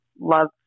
love